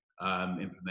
implement